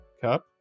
Cup